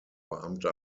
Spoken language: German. beamter